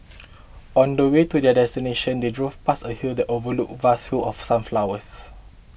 on the way to their destination they drove past a hill that overlooked vast fields of sunflowers